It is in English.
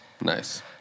Nice